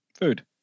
food